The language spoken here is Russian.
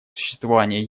существование